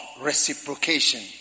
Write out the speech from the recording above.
reciprocation